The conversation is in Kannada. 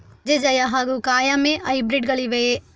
ಕಜೆ ಜಯ ಹಾಗೂ ಕಾಯಮೆ ಹೈಬ್ರಿಡ್ ಗಳಿವೆಯೇ?